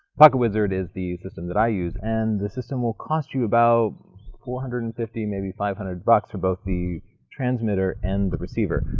pocketwizard is the system that i use and the system will cost you about four hundred and fifty maybe five hundred bucks for both the transmitter and the receiver.